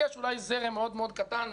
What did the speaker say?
אולי זרם מאוד-מאוד קטן,